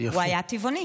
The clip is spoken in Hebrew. הוא היה טבעוני.